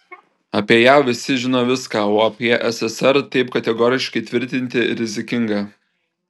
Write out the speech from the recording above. apie jav visi žino viską o apie sssr taip kategoriškai tvirtinti rizikinga